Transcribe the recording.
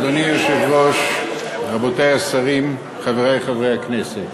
אדוני היושב-ראש, רבותי השרים, חברי חברי הכנסת,